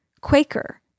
Quaker